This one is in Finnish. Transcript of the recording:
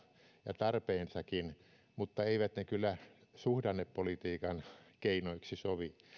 ja tarpeensakin mutta eivät ne kyllä suhdannepolitiikan keinoiksi sovi